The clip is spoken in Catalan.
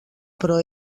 però